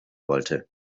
wollte